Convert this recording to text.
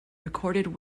recorded